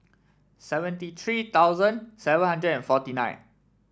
seventy three thousand seven hundred and forty nine